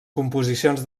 composicions